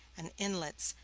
and inlets,